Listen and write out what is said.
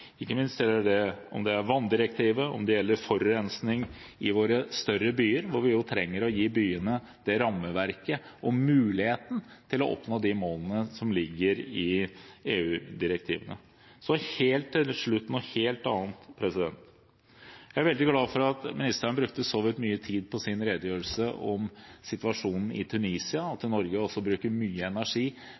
om det gjelder vanndirektivet eller forurensning i våre større byer. Vi trenger jo å gi byene våre det rammeverket og mulighetene til å oppnå de målene som ligger i EU-direktivet. Så til slutt til noe helt annet: Jeg er veldig glad for at ministeren brukte så vidt mye tid i sin redegjørelse på situasjonen i Tunisia, og at Norge bruker mye energi